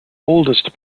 oldest